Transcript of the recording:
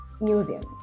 museums